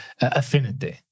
affinity